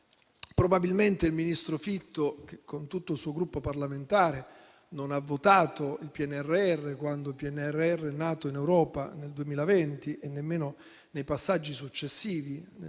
probabilmente il ministro Fitto, che con tutto il suo Gruppo parlamentare non ha votato il PNRR quando è nato in Europa nel 2020 e nemmeno nei passaggi successivi,